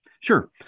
Sure